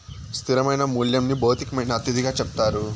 స్థిరమైన మూల్యంని భౌతికమైన అతిథిగా చెప్తారు